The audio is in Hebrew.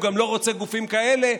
הוא גם לא רוצה גופים כאלה,